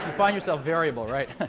find yourself variable, right?